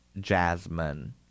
Jasmine